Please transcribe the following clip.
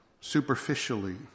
superficially